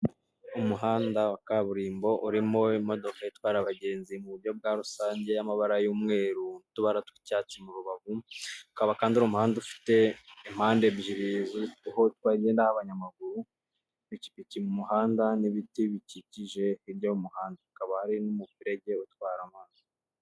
Umuhanda wa kaburimbo urimo imodoka itwara abagenzi mu buryo bwa rusange y'amabara y'umweru, utubara t'icyatsi mu rubavu, ukaba kandi ari umuhanda ufite impande ebyiri zose hagendamo abanyamaguru, ipikipiki mu muhanda n'ibiti bikikije hirya y'umuhanda. Hakaba hari n'umuferege utwara amazi.